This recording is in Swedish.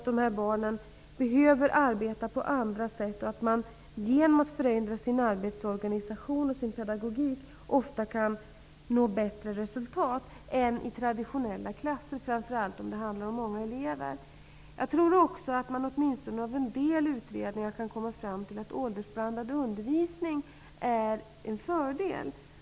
De här barnen behöver ofta arbeta på andra sätt, och genom att förändra arbetsorganisationen och pedagogiken kan man ofta nå resultat som är bättre än de som nås i traditionella klasser, framför allt om det handlar om många elever. Jag tror också att man åtminstone av en del utredningar kan dra den slutsatsen att åldersblandad undervisning är en fördel.